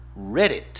Reddit